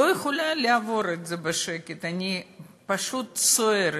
לא יכולה לעבור על זה בשקט, אני פשוט סוערת.